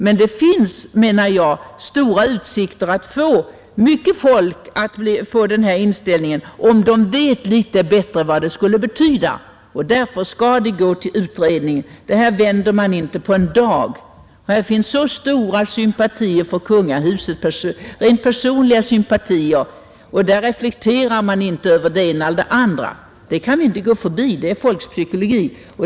Det finns, menar jag, stora utsikter att hos många människor få en annan inställning till republik, om de vet litet bättre vad det skulle betyda. Därför skall denna fråga gå till utredning. Här vänder man inte inställningen på en dag. Människorna har så stora personliga sympatier för kungahuset, att de inte reflekterar över det ena eller det andra styrelseskicket. Det kan vi inte gå förbi. Det är folkpsykologi.